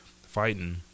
fighting